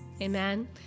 amen